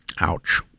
Ouch